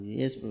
yes